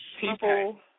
people